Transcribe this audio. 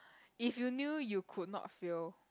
if you knew you could not fail